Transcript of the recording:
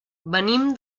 venim